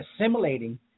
assimilating